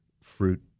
fruit